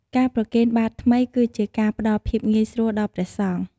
ការប្រគេនបាតថ្មី គឺជាការផ្ដល់ភាពងាយស្រួលដល់ព្រះសង្ឃ។